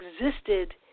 existed